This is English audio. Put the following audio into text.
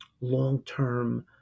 long-term